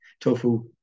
tofu